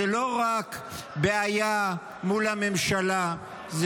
זו לא רק בעיה מול הממשלה -- תודה רבה.